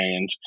change